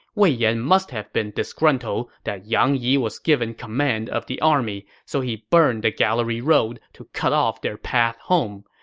wei yan must have been disgruntled that yang yi was given command of the army, so he burned the gallery road to cut off their path home.